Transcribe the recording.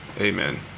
Amen